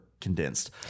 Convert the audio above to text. condensed